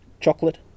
chocolate